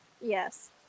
Yes